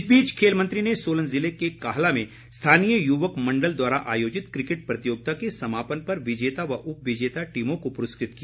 इस बीच खेल मंत्री ने सोलन ज़िले के काहला में स्थानीय युवक मंडल द्वारा आयोजित क्रिकेट प्रतियोगिता के समापन पर विजेता व उपविजेता टीमों को पुरस्कृत किया